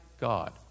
God